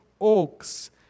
oaks